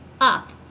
up